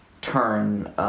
turn